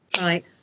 Right